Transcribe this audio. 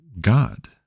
God